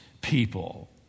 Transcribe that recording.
people